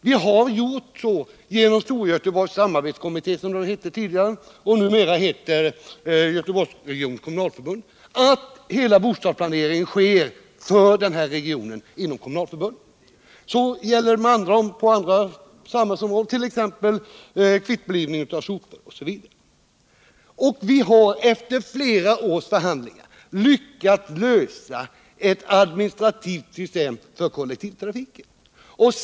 Vi har gjort så genom Storgöteborgs samarbetskommitté, som det hette tidigare, och Göteborgsregionens kommunalförbund, som det numera heter, att all bostadsplanering sker för regionen inom kommunalförbundet. Detsamma gäller också på andra samhällsområden, t.ex. för kvittblivning av sopor. Vi har efter flera års förhandlingar lyckats skapa ett administrativt system för kollektivtrafiken.